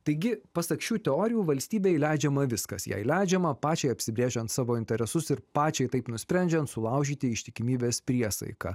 taigi pasak šių teorijų valstybei leidžiama viskas jai leidžiama pačiai apsibrėžiant savo interesus ir pačiai taip nusprendžiant sulaužyti ištikimybės priesaiką